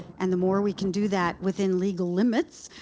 and the more we can do that, within legal limits,